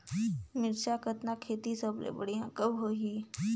मिरचा कतना खेती सबले बढ़िया कब होही?